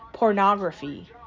pornography